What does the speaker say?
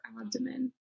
abdomen